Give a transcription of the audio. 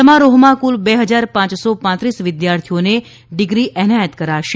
સમારોહમાં કુલ બે હજાર પાંચસો પાંત્રીસ વિદ્યાર્થીઓને ડિગ્રી એનાયત કરાશે